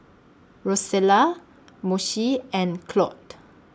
Rosella Moshe and Claud